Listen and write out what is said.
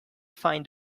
find